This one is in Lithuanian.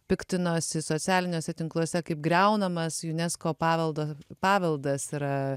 piktinosi socialiniuose tinkluose kaip griaunamas unesco paveldo paveldas yra